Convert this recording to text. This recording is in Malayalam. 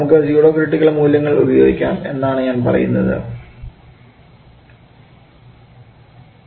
നമുക്ക് സ്യൂഡോ ക്രിറ്റിക്കൽ മൂല്യങ്ങൾ ഉപയോഗിക്കാം എന്ന് ഞാൻ പറയുകയാണ്